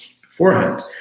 beforehand